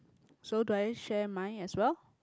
so do I share mine as well